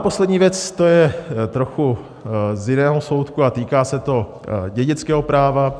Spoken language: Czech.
Poslední věc je trochu z jiného soudku a týká se dědického práva.